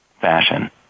fashion